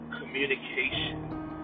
communication